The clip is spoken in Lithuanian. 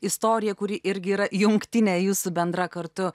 istoriją kuri irgi yra jungtinė jūsų bendra kartu